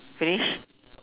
finish